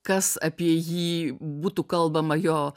kas apie jį būtų kalbama jo